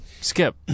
Skip